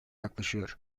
yaklaşıyor